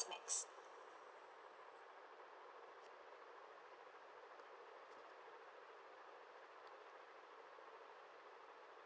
max